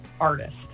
artist